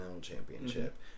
Championship